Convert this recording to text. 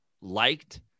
liked